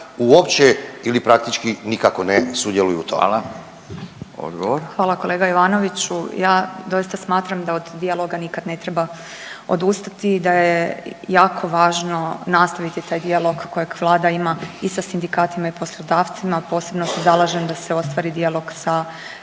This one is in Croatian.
**Petir, Marijana (Nezavisni)** Hvala kolega Ivanoviću. Ja doista smatram da od dijaloga nikad ne treba odustati, da je jako važno nastaviti taj dijalog kojeg Vlada ima i sa sindikatima i poslodavcima, posebno se zalažem da se ostvari dijalog sa